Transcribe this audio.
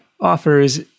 offers